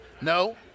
No